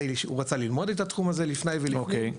הוא רצה ללמוד את התחום הזה לפני ולפנים.